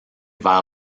vers